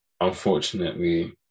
unfortunately